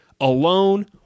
Alone